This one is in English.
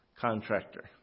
contractor